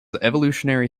evolutionary